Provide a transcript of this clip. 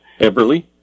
Eberly